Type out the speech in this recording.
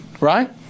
right